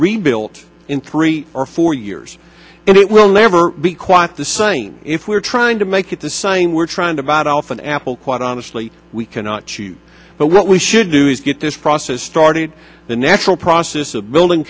rebuilt in three or four years and it will never be quite the same if we're trying to make it the same we're trying to bite off an apple quite honestly we cannot choose but what we should do is get this process started the natural process of building